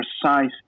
precise